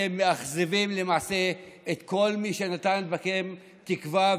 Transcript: אתם מאכזבים למעשה את כל מי שנתן בכם תקווה,